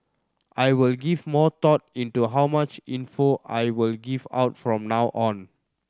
I will give more thought into how much info I will give out from now on